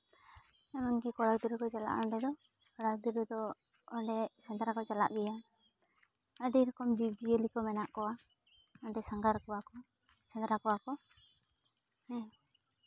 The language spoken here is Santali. ᱮᱢᱚᱱᱠᱤ ᱠᱚᱲᱟ ᱜᱤᱫᱽᱨᱟᱹ ᱠᱚ ᱪᱟᱞᱟᱜᱼᱟ ᱚᱸᱰᱮ ᱫᱚ ᱠᱚᱲᱟ ᱜᱤᱫᱽᱨᱟᱹ ᱫᱚ ᱚᱸᱰᱮ ᱥᱮᱸᱫᱽᱨᱟ ᱠᱚ ᱪᱟᱞᱟᱜ ᱜᱮᱭᱟ ᱟᱹᱰᱤ ᱡᱤᱵᱽᱼᱡᱤᱭᱟᱹᱞᱤ ᱠᱚ ᱢᱮᱱᱟᱜ ᱠᱚᱣᱟ ᱚᱸᱰᱮ ᱥᱟᱸᱜᱷᱟᱨ ᱠᱚᱣᱟ ᱠᱚ ᱥᱮᱸᱫᱽᱨᱟ ᱠᱚᱣᱟ ᱠᱚ ᱦᱮᱸ